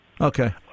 Okay